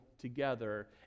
together